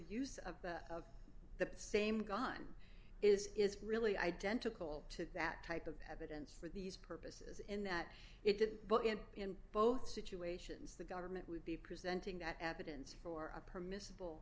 use of the same gun is is really identical to that type of evidence for these purposes in that it didn't but in both situations the government would be presenting that evidence for a permissible